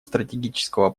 стратегического